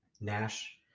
nash